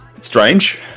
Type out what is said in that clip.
Strange